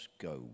go